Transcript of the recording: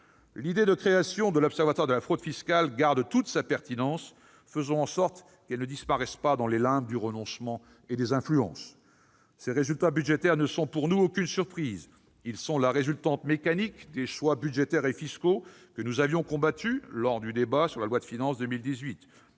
L'idée de création de l'Observatoire de la fraude fiscale garde toute sa pertinence. Faisons en sorte qu'elle ne disparaisse pas dans les limbes du renoncement et des influences. Ces résultats budgétaires ne sont pour nous en rien une surprise. Ils découlent mécaniquement des choix budgétaires et fiscaux que nous avions combattus lors du débat sur la loi de finances pour